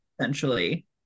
Essentially